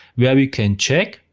where we can check,